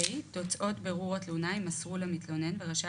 תוצאות בירור התלונה יימסרו למתלונן ורשאי